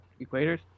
equators